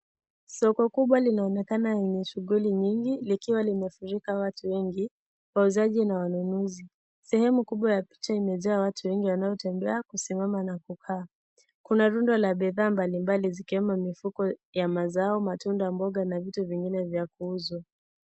Soko kubwa linaonekana yenye shughuli nyingi, likiwa limefurika watu wengi wauzaji na wanunuzi. Sehemu kubwa ya picha imejaa watu wengi wanaotembea , kusimama na kukaa kuna rundo la bidhaa mbalimbali zikiwemo mifugo ya mazao, matunda, mboga vitu vingine vya kuuza.